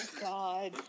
god